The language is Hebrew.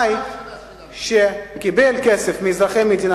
מייצגים מקום אחר.